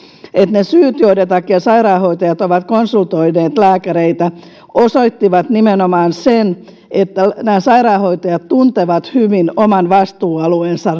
ne syyt joiden takia sairaanhoitajat ovat konsultoineet lääkäreitä osoittivat nimenomaan sen että nämä sairaanhoitajat tuntevat hyvin oman vastuualueensa